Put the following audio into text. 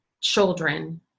children